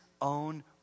own